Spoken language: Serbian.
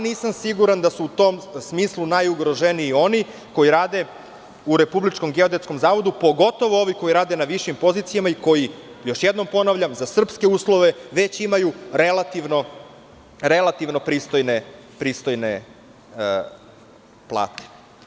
Nisam i dalje siguran da su u tom smislu najugroženiji oni koji rade u Republičkom geodetskom zavodu, pogotovo ovi koji rade na višim pozicijama i koji, još jednom ponavljam, za srpske uslove već imaju relativno pristojne plate.